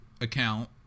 account